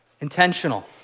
Intentional